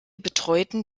betreuten